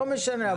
לא משנה,